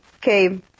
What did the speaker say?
came